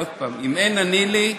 עוד פעם: "אם אין אני לי,